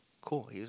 cool